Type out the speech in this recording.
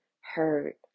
hurt